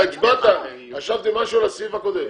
אתה הצבעת, חשבתי משהו לסעיף הקודם.